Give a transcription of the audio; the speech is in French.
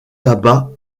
tabac